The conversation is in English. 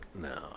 No